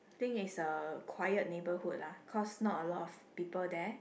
think is a quiet neighbourhood lah cause not a lot of people there